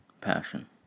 Passion